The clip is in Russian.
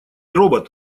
робот